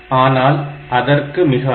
ஆனால் அதற்கு மிகாது